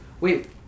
Wait